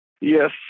Yes